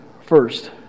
first